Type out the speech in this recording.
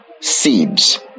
seeds